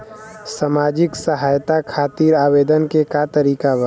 सामाजिक सहायता खातिर आवेदन के का तरीका बा?